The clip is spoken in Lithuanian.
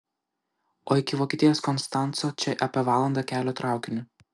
o iki vokietijos konstanco čia apie valanda kelio traukiniu